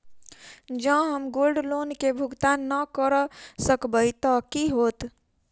जँ हम gold loan केँ भुगतान न करऽ सकबै तऽ की होत?